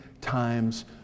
times